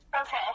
okay